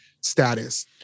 status